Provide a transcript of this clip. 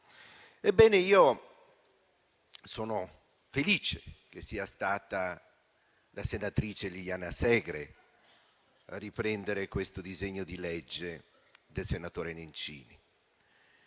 Ebbene, sono felice che sia stata la sedatrice Liliana Segre a riprendere il disegno di legge del senatore Nencini.